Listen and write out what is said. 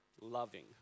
loving